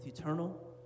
eternal